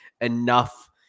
enough –